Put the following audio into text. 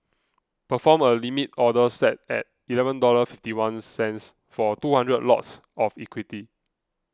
perform a Limit Order set at eleven dollars fifty one cents for two hundred lots of equity